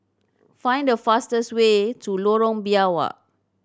find the fastest way to Lorong Biawak